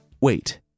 wait